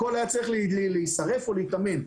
הכול היה צריך להישרף או להיטמן.